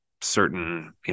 certain